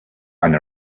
and